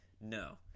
No